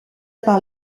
part